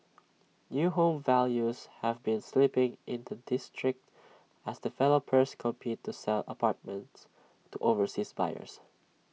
new home values have been slipping in the district as developers compete to sell apartments to overseas buyers